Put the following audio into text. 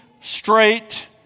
straight